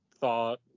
thought